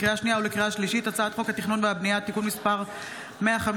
לקריאה שנייה ולקריאה שלישית: הצעת חוק התכנון והבנייה (תיקון מס' 154,